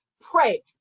pray